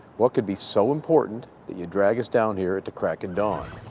what could be so important that you drag us down here at the crack of dawn?